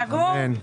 סגור.